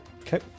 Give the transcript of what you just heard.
Okay